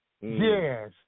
Yes